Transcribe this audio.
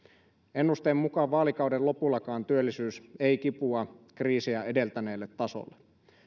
ennusteen mukaan vaalikauden lopullakaan työllisyys ei kipua kriisiä edeltäneelle tasolle